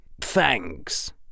Thanks